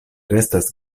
restas